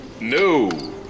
No